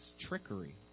trickery